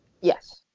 Yes